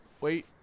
wait